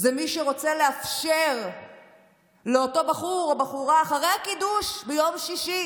זה מי שרוצה לאפשר לאותו בחור או בחורה אחרי הקידוש ביום שישי